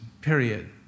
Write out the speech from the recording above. period